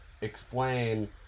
explain